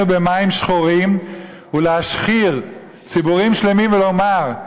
במים שחורים ולהשחיר ציבורים שלמים ולומר: